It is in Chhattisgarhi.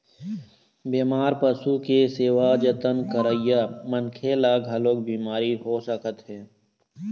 बेमार पशु के सेवा जतन करइया मनखे ल घलोक बिमारी हो सकत हे